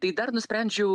tai dar nusprendžiau